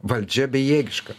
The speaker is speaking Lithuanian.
valdžia bejėgiška